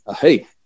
hey